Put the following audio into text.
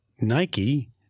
Nike